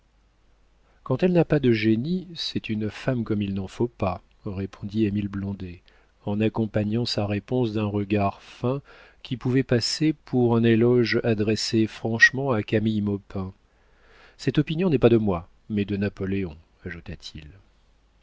quand elle n'a pas de génie c'est une femme comme il n'en faut pas répondit émile blondet en accompagnant sa réponse d'un regard fin qui pouvait passer pour un éloge adressé franchement à camille maupin cette opinion n'est pas de moi mais de napoléon